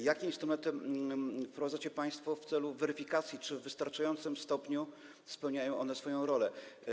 Jakie instrumenty wprowadzacie państwo w celu weryfikacji tego, czy w wystarczającym stopniu spełniają one swoje funkcje?